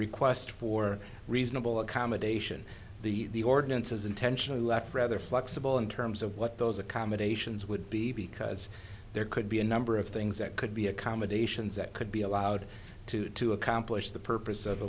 request for reasonable accommodation the ordinance is intentionally left rather flexible in terms of what those accommodations would be because there could be a number of things that could be accommodations that could be allowed to to accomplish the purpose of